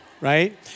Right